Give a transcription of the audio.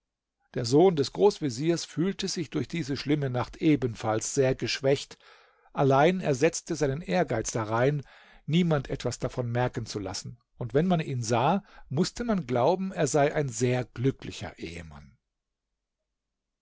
der sohn des großveziers fühlte sich durch diese schlimme nacht ebenfalls sehr geschwächt allein er setzte seinen ehrgeiz darein niemand etwas davon merken zu lassen und wenn man ihn sah mußte man glauben er sei ein sehr glücklicher ehemann